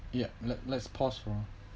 ya let let's pause for